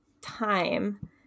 time